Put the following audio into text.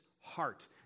heart